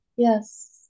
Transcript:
yes